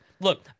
Look